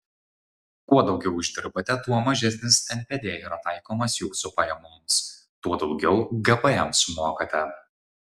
kuo daugiau uždirbate tuo mažesnis npd yra taikomas jūsų pajamoms tuo daugiau gpm sumokate